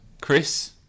Chris